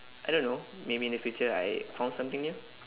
I don't know maybe in the future I found something new